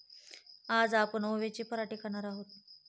आज आपण ओव्याचे पराठे खाणार आहोत